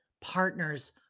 partners